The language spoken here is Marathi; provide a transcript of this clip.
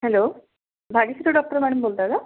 हॅलो डॉक्टर मॅडम बोलत आहे का